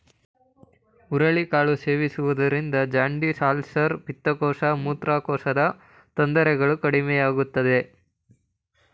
ಹುರುಳಿ ಕಾಳು ಸೇವಿಸುವುದರಿಂದ ಜಾಂಡಿಸ್, ಅಲ್ಸರ್, ಪಿತ್ತಕೋಶ, ಮೂತ್ರಕೋಶದ ತೊಂದರೆಗಳು ಕಡಿಮೆಯಾಗುತ್ತದೆ